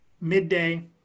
midday